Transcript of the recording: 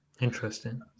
Interesting